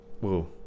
Whoa